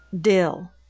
Dill